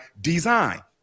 design